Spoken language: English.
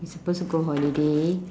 we supposed to go holiday